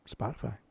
Spotify